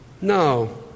No